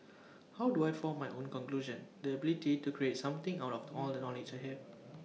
how do I form my own conclusion the ability to create something out of all the knowledge I have